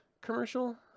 commercial